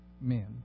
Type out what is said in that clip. men